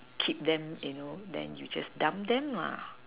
keep them you know then you just dump them